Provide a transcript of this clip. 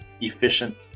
efficient